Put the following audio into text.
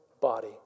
body